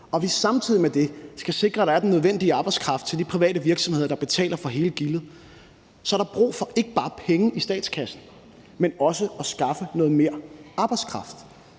og hvis vi samtidig med det skal sikre, at der er den nødvendige arbejdskraft til de private virksomheder, der betaler for hele gildet, så er der brug for ikke bare penge i statskassen, men også for at skaffe noget mere arbejdskraft.